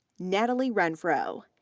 natalie renfro,